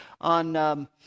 on